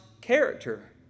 character